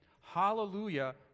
Hallelujah